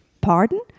Pardon